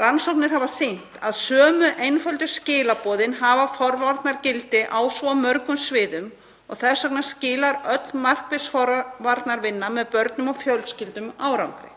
Rannsóknir hafa sýnt að sömu einföldu skilaboðin hafa forvarnagildi á svo mörgum sviðum og þess vegna skilar öll markviss forvarnavinna með börnum og fjölskyldum árangri.